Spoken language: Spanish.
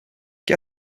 qué